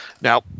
Now